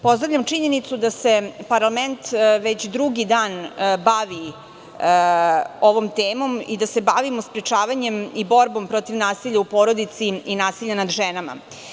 Pozdravljam činjenicu da se parlament već drugi dan bavi ovom temom i da se bavimo sprečavanjem i borbom protiv nasilja u porodici i nasilja nad ženama.